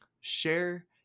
share